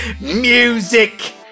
music